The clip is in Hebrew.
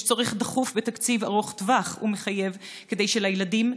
יש צורך דחוף בתקציב ארוך טווח ומחייב כדי שלילדים,